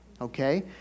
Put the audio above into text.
okay